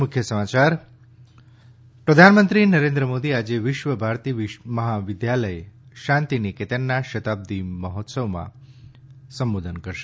ૈ પ્રધાનમંત્રી નરેન્દ્ર મોદી આજે વિશ્વ ભારતી મહાવિદ્યાલય શાંતિ નિકેતનના શતાબ્દી સમારોહમાં સંબોધન કરશે